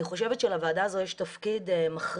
אני חושבת שלוועדה הזו יש תפקיד מכריע